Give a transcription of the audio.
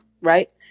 right